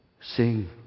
sing